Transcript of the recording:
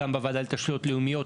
גם בוועדה לתשתיות לאומיות,